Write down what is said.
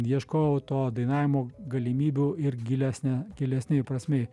ieškojau to dainavimo galimybių ir gilesnę gilesnėj prasmėj